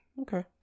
Okay